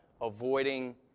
avoiding